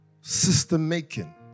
system-making